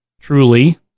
truly